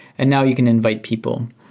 and now you can invite people.